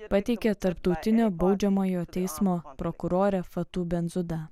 pateikė tarptautinio baudžiamojo teismo prokurorė fatu benzuda